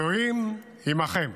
אלוהים עימכם.